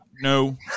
No